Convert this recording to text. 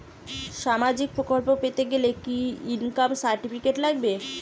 সামাজীক প্রকল্প পেতে গেলে কি ইনকাম সার্টিফিকেট লাগবে?